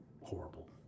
horrible